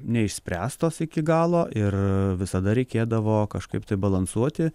neišspręstos iki galo ir visada reikėdavo kažkaip tai balansuoti